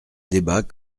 débat